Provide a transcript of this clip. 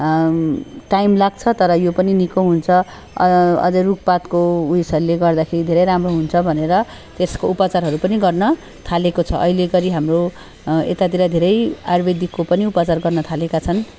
time लाग्छ तर यो पनि निको हुन्छ अझै रुखपातको उयसहरूले गर्दाखेरि धेरै राम्रो हुन्छ भनेर त्यसको उपचारहरू पनि गर्नथालेको छ अहिले घडी हाम्रो यतातिर धेरै आयुर्वेदिकको पनि उपचार गर्नथालेका छन्